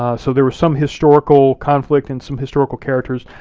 ah so there was some historical conflict and some historical characters,